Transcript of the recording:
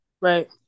Right